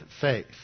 faith